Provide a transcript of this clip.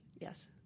Yes